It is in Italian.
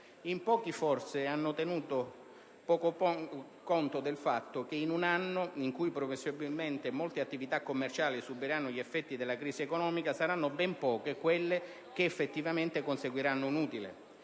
In pochi forse hanno tenuto conto del fatto che in un anno in cui presumibilmente molte delle attività commerciali subiranno gli effetti della crisi economica, saranno ben poche quelle che effettivamente conseguiranno un utile.